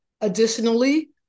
Additionally